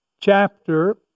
chapter